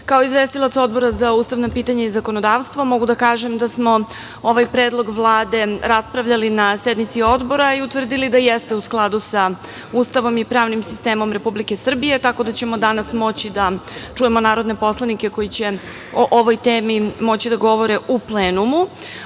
kao izvestilac Odbora za ustavna pitanja i zakonodavstvo mogu da kažem da smo ovaj predlog Vlade raspravljali na sednici Odbora i utvrdili da jeste u skladu sa Ustavom i pravnim sistemom Republike Srbije, tako da ćemo danas moći da čujemo narodne poslanike koji će o ovoj temi moći da govore u plenumu. Kao